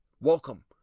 welcome